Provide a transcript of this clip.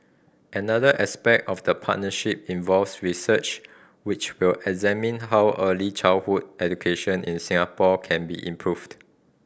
another aspect of the partnership involves research which will examine how early childhood education in Singapore can be improved